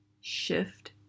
shift